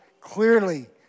clearly